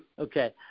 Okay